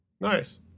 nice